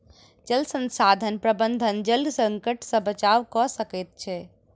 जल संसाधन प्रबंधन जल संकट से बचाव कअ सकै छै